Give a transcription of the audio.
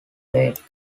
lake